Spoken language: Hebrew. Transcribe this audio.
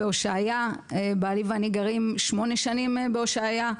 בעלי ואני גרים שמונה שנים בהושעיה,